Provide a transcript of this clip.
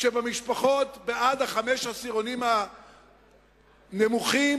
שבמשפחות בחמשת העשירונים הנמוכים